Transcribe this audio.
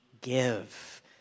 give